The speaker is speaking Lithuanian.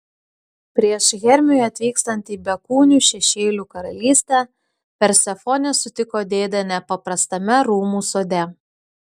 prieš hermiui atvykstant į bekūnių šešėlių karalystę persefonė sutiko dėdę nepaprastame rūmų sode